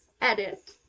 edit